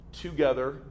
together